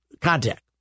contact